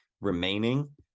remaining